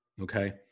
okay